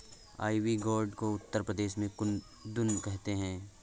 ivy gourd को उत्तर प्रदेश में कुद्रुन कहते हैं